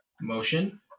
motion